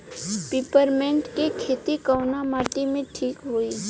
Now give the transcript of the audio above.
Peppermint के खेती कवने माटी पे ठीक होई?